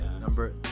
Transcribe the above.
Number